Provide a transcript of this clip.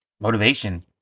Motivation